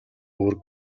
үүрэг